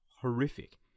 horrific